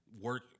Work